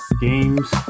games